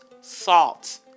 salt